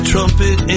trumpet